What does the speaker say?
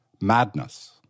madness